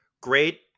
great